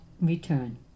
return